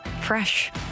fresh